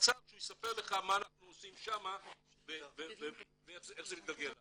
אני רוצה שהוא יספר לך מה אנחנו עושים שם ואיך זה מתגלגל לארץ.